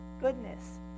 goodness